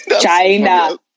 China